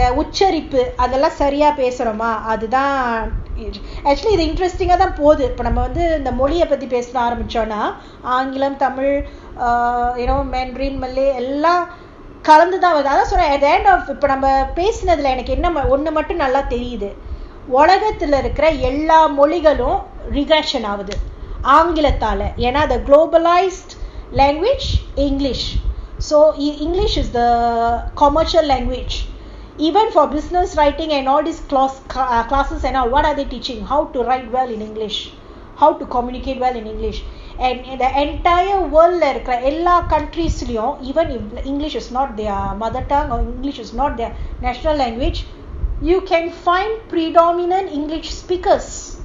உச்சரிப்புஅதெல்லாம்சரியாபேசுறோமா:ucharipu adhellam saria pesuroma actually the interesting போகுதுநாமவந்துமொழியபத்திபேசஆரம்பிச்சோம்னா:poguthu nama vandhu moliya pathi pesa arambichomna you know mandarin malay so at the end எல்லாம்கலந்துதான்வருது:ellam kalanthuthan varuthu the globalised language english so english is the commercial langauge even for business and all how to write well in english how to communicate in english and the entire world ஆகுதுஆங்கிலத்தால:aguthu aangilathala even if english is not their mothertongue or english is not their national language you can find predominatly english speakers